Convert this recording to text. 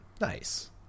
Nice